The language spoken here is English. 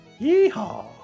Yeehaw